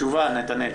תשובה נתנאל.